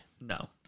No